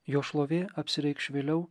jo šlovė apsireikš vėliau